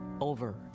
over